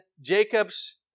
Jacob's